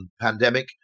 pandemic